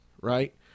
Right